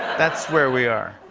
that's where we are.